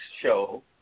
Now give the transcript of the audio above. show